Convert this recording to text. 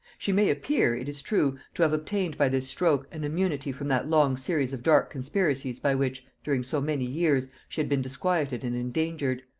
she may appear, it is true, to have obtained by this stroke an immunity from that long series of dark conspiracies by which, during so many years, she had been disquieted and endangered.